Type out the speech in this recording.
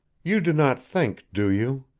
you do not think, do you,